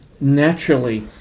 naturally